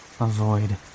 avoid